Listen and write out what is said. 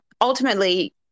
ultimately